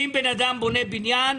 אם בן אדם בונה בניין,